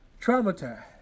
traumatized